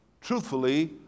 truthfully